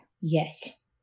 Yes